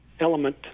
element